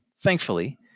Thankfully